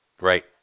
Right